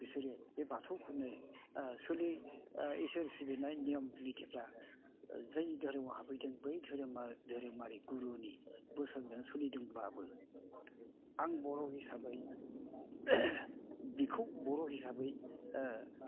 बिसोरो बे बाथौखौनो सोलि इसोर सिबिनाय नियम निथिफ्रा जे धोरोमआव हाबहैदों बै धोरोमाव धोरोमारि गुरुनि बोसोनजों सोलिदोंब्लाबो आं बर' हिसाबै बिखौ बर' हिसाबै